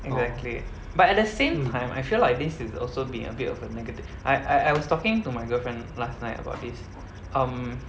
exactly but at the same time I feel like this is also being a bit of a negative I I was talking to my girlfriend last night about this um